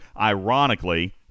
Ironically